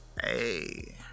Hey